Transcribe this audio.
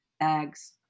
eggs